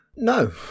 No